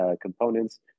components